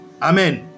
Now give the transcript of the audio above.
Amen